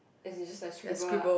as in just like scribble ah